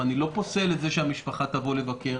ואני לא פוסל את זה שהמשפחה תבוא לבקר,